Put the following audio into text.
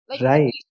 Right